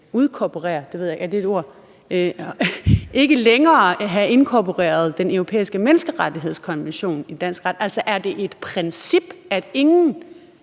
mener Liberal Alliance så, at Danmark ikke længere bør have inkorporeret den europæiske menneskerettighedskonvention i dansk ret? Altså, er det et princip, at ingen